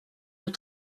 nous